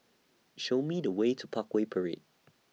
Show Me The Way to Parkway Parade